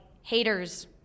haters